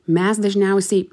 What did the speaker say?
mes dažniausiai